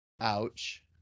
Ouch